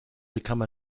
become